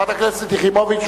חברת הכנסת יחימוביץ,